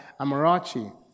Amarachi